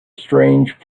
strange